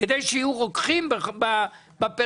כדי שיהיו רוקחים בפריפריה?